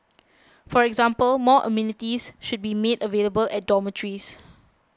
for example more amenities should be made available at dormitories